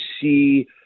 see